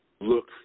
look